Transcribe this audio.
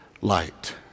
light